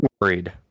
worried